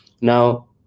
Now